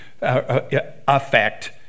affect